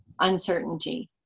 uncertainty